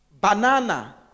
Banana